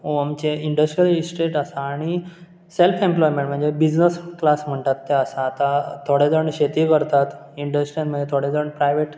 ऑ आमचे industrial estate आसा आनी सॅल्फ एम्प्लॉयमॅण्ट म्हणजे बिझनस क्लास म्हणटात ते आसा आतां थोडे जाण शेती करतात इंडस्ट्रीन मागीर थोडे जाण प्रायवेट